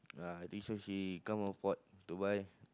uh I think so she come of what to buy